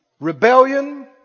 Rebellion